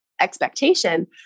expectation